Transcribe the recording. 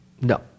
No